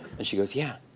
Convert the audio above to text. and she goes, yeah.